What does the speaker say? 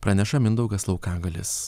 praneša mindaugas laukagalis